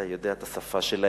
אתה יודע את השפה שלהם?